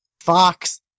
Fox